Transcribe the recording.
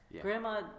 Grandma